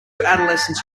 adolescents